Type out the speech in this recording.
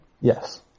Yes